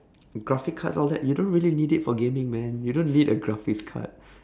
graphic cards all that you don't really need it for gaming man you don't need a graphics card